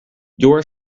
your